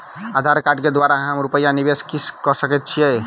आधार कार्ड केँ द्वारा हम रूपया निवेश कऽ सकैत छीयै?